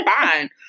fine